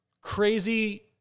crazy